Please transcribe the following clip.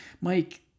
Mike